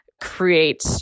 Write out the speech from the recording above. create